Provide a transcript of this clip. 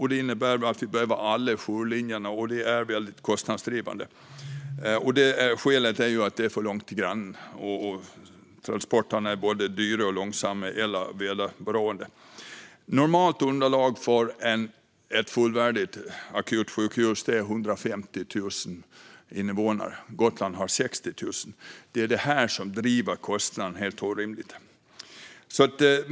Detta innebär bland annat att vi behöver alla jourlinjer, och det är väldigt kostnadsdrivande. Skälet är att det är för långt till grannen och att transporterna är både dyra och långsamma eller väderberoende. Normalt underlag för ett fullvärdigt akutsjukhus är 150 000 invånare. Gotland har 60 000. Det är detta som driver kostnaden på ett helt orimligt sätt.